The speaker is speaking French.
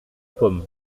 pommes